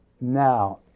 now